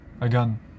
again